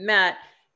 Matt